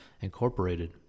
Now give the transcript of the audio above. Incorporated